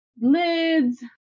lids